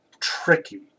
tricky